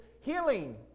healing